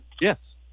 yes